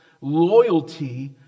loyalty